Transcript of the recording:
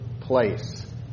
place